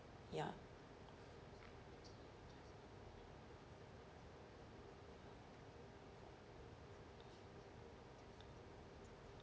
ya